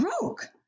broke